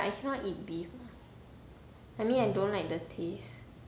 but I cannot eat beef I mean I don't like the taste